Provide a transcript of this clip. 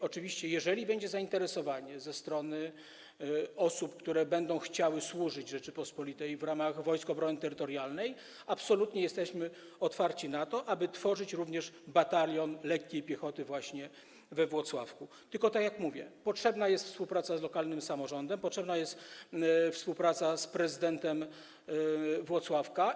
Oczywiście, jeżeli będzie zainteresowanie ze strony osób, które będą chciały służyć Rzeczypospolitej w ramach Wojsk Obrony Terytorialnej, absolutnie jesteśmy otwarci na to, aby tworzyć również batalion lekkiej piechoty właśnie we Włocławku, tylko tak jak mówię, potrzebna jest współpraca z lokalnym samorządem, potrzebna jest współpraca z prezydentem Włocławka.